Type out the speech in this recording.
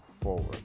forward